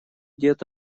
дед